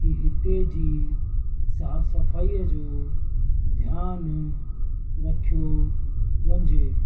की हिते जी साफ़ु सफ़ाईअ जो ध्यानु रखियो वञिजे